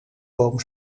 boom